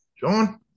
John